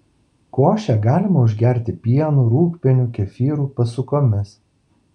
košę galima užgerti pienu rūgpieniu kefyru pasukomis